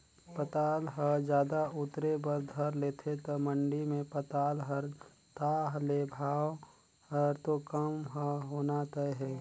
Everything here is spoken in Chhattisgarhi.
पताल ह जादा उतरे बर धर लेथे त मंडी मे पताल हर ताह ले भाव हर तो कम ह होना तय हे